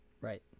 Right